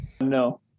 No